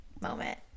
moment